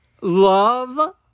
love